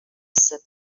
said